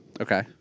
Okay